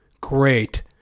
Great